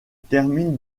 termine